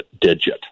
digit